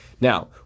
Now